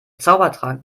zaubertrank